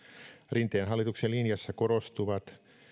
rinteen hallituksen linjassa korostuu